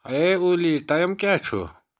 ہے اولی ٹایم کیٛاہ چھُ